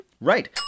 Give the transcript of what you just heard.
Right